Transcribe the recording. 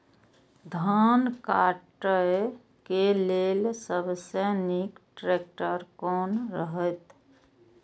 धान काटय के लेल सबसे नीक ट्रैक्टर कोन रहैत?